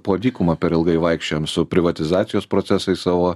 po dykumą per ilgai vaikščiojom su privatizacijos procesais savo